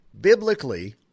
Biblically